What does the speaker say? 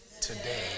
Today